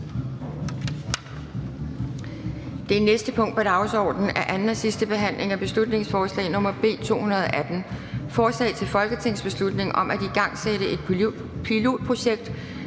Det næste punkt på dagsordenen er: 50) 2. (sidste) behandling af beslutningsforslag nr. B 159: Forslag til folketingsbeslutning om garanti for